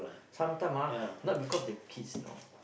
sometimes ah not because the kids know